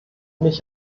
mich